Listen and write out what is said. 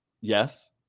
yes